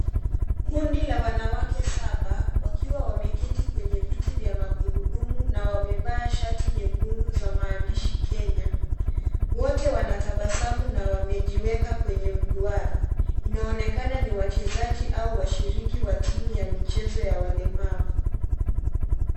Kundi la wanawake saba, wakiwa wameketi kwenye viti vya magurudumu na wamevaa shati nyekundu za maandishi Kenya. Wote wametabasamu na wamejiweka kwenye duara. Inaonekana ni wachezaji ama washiriki wa timu ya michezo ya walemavu.